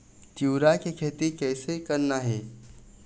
तिऊरा के खेती कइसे करना हे?